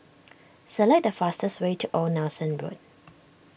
select the fastest way to Old Nelson Road